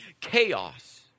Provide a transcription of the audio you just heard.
chaos